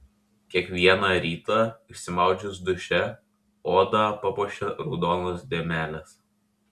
kiekvieną rytą išsimaudžius duše odą papuošia raudonos dėmelės